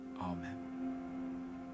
Amen